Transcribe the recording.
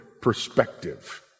perspective